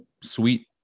sweet